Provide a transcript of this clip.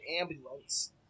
ambulance